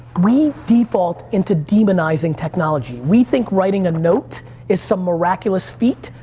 we default into demonizing technology. we think writing a note is some miraculous feat,